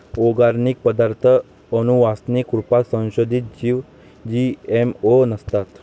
organic पदार्ताथ आनुवान्सिक रुपात संसोधीत जीव जी.एम.ओ नसतात